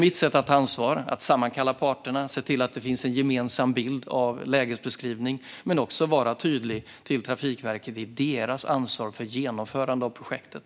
Mitt sätt att ta ansvar är att sammankalla parterna, att se till att det finns en gemensam bild av lägesbeskrivningen och att vara tydlig mot Trafikverket om dess ansvar för genomförandet av projektet.